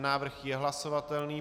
Návrh je hlasovatelný.